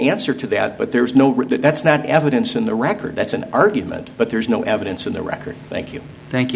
answer to that but there is no that's not evidence in the record that's an argument but there is no evidence in the record thank you thank you